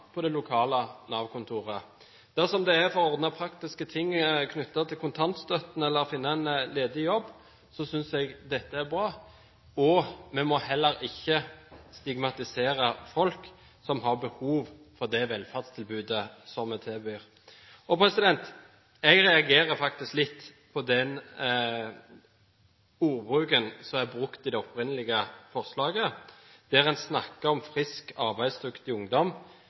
på det lokale Nav-kontoret. Dersom det er for å ordne praktiske ting knyttet til kontantstøtten eller finne en ledig jobb, synes jeg dette er bra. Vi må heller ikke stigmatisere folk som har behov for det velferdstilbudet som tilbys. Jeg reagerer faktisk litt på ordbruken i det opprinnelige forslaget, der man snakker om frisk, arbeidsdyktig ungdom